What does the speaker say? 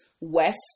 West